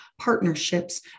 partnerships